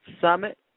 Summit